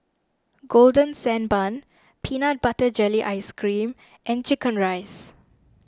Golden Sand Bun Peanut Butter Jelly Ice Cream and Chicken Rice